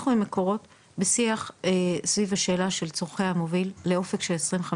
אנחנו עם מקורות בשיח סביב השאלה של צורכי המוביל לאופק של 2020,